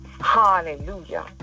hallelujah